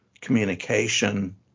communication